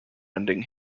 ending